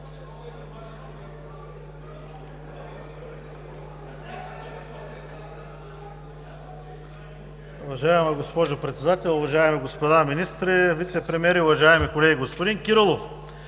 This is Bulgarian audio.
вицепремиери, уважаеми колеги! Господин Кирилов,